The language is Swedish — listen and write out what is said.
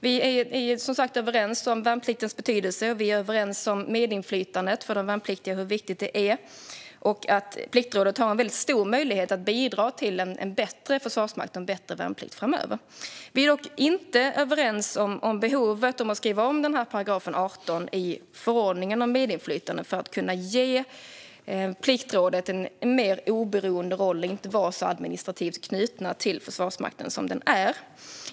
Vi är, som sagt, överens om värnpliktens betydelse och om hur viktigt medinflytandet är för de värnpliktiga. Vi är också överens om att Pliktrådet har en mycket stor möjlighet att bidra till en bättre försvarsmakt och en bättre värnplikt framöver. Vi är dock inte överens om behovet av att skriva om § 18 i förordningen om medinflytande för att kunna ge Pliktrådet en mer oberoende roll, så att det inte ska vara så administrativt knutet till Försvarsmakten som det är.